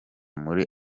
muri